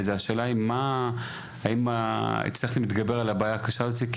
השאלה היא האם הצלחתם להתגבר על הבעיה הקשה הזאת.